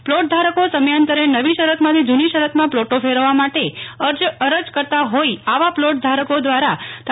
plot ધારકો સમયાંતરે નવી શરતમાંથી જુની શરતમાં પ્લોટો ફેરવવા માટે અરજ કરતાં હોઇ આવા પ્લોટ ધારકો દ્વારા તા